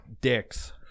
dicks